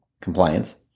compliance